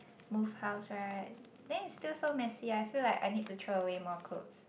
move house right then it's still so messy I feel like I need to throw away more clothes